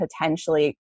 potentially